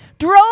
Drove